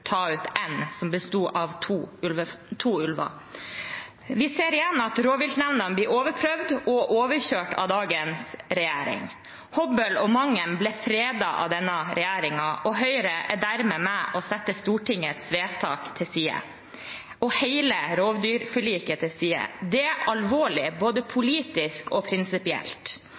ta ut én som besto av to ulver. Vi ser igjen at rovviltnemndene blir overprøvd og overkjørt av dagens regjering. Hobøl og Mangen ble fredet av denne regjeringen, og Høyre er dermed med på å sette Stortingets vedtak og hele rovdyrforliket til side. Det er alvorlig, både politisk og prinsipielt.